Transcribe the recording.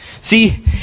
See